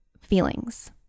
feelings